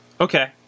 Okay